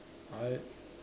I